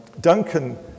Duncan